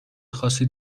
خاصی